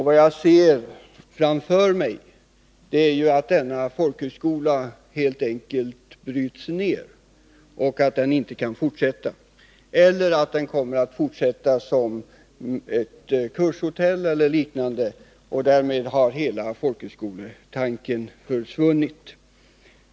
Det jag ser framför mig är att denna folkhögskola helt enkelt bryts ned och inte kan fortsätta, eller att den kommer att fortsätta som kurshotell eller liknande, och därmed har hela folkhögskoletanken försvunnit.